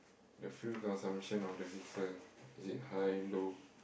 the fuel consumption of the vehicle is it high low